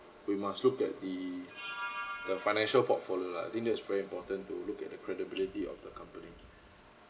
we must look at the the financial portfolio lah I think that's very important to look at the credibility of the company and